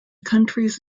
countries